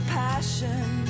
passion